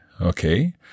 Okay